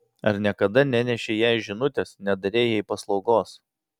ar niekada nenešei jai žinutės nedarei jai paslaugos